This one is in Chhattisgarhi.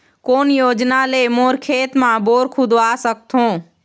कोन योजना ले मोर खेत मा बोर खुदवा सकथों?